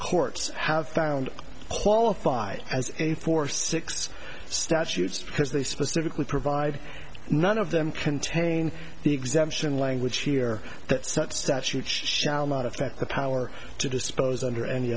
courts have found qualified as a for six statutes because they specifically provide none of them contain the exemption language here that such statutes shall not affect the power to dispose under any